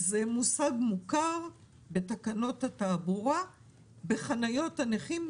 זה מושג מוכר בתקנות התעבורה בחניות הנכים,